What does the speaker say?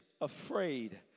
afraid